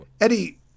Eddie